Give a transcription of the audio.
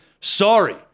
sorry